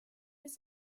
his